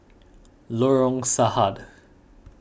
Lorong Sarhad